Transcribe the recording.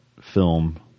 film